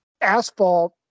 asphalt